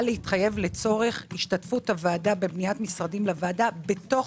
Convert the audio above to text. להתחייב לצורך השתתפות הוועדה בבניית משרדים לוועדה בתוך